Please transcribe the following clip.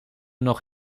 nog